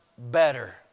Better